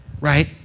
Right